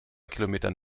kilometern